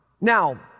Now